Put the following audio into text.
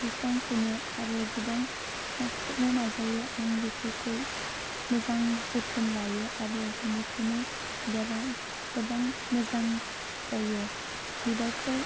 बुस्रांफैनो आरो गोबां नाख्रेबनो नाजायो आं बेफोरखौ मोजां जोथोन लायो आरो बेनिखायनो बिबारा गोबां मोजां जायो बिबारखौ